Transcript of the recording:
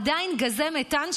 עדיין גזי מתאן,